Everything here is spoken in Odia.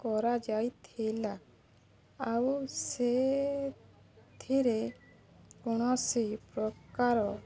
କରାଯାଇଥିଲା ଆଉ ସେଥିରେ କୌଣସି ପ୍ରକାର